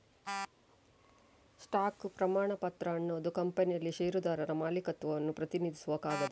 stock ಪ್ರಮಾಣಪತ್ರ ಅನ್ನುದು ಕಂಪನಿಯಲ್ಲಿ ಷೇರುದಾರರ ಮಾಲೀಕತ್ವವನ್ನ ಪ್ರತಿನಿಧಿಸುವ ಕಾಗದ